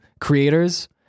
creators